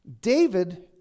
David